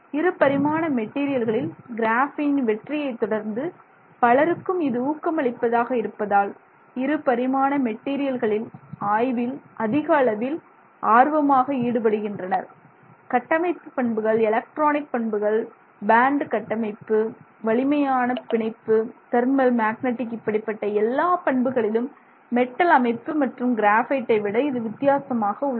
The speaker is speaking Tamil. இருபரிமாண மெட்டீரியல்களில் கிராஃபீனின் வெற்றியைத் தொடர்ந்து பலருக்கும் இது ஊக்கமளிப்பதாக இருப்பதால் இருபரிமாண மெட்டீரியல்களில் ஆய்வில் அதிக அளவில் ஆர்வமாக ஈடுபடுகின்றனர் கட்டமைப்பு பண்புகள் எலக்ட்ரானிக் பண்புகள் பேண்ட் கட்டமைப்பு வலிமையான பிணைப்பு தெர்மல் மேக்னடிக் இப்படிப்பட்ட எல்லாப் பண்புகளிலும் மெட்டல் அமைப்பு மற்றும் கிராபைட்டை விட இது வித்தியாசமாக உள்ளது